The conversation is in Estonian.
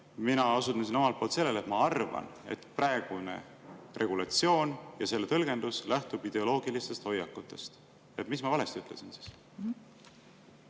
Mina osundasin sellele, et ma arvan, et praegune regulatsioon ja selle tõlgendus lähtuvad ideoloogilistest hoiakutest. Mida ma valesti ütlesin?